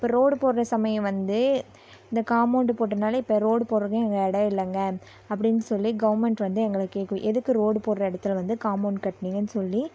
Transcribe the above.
அப்போ ரோடு போடுற சமயம் வந்து இந்த காமௌன்ட் போட்டனால இப்போ ரோடு போடுறதுக்கு இடம் இல்லைங்க அப்டின்னு சொல்லி கவர்மெண்ட் வந்து எங்களை கேட்கும் எதுக்கு ரோடு போடுகிற இடத்தில் வந்து காமௌன்ட் கட்டுனிங்கனு சொல்லி